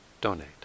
donate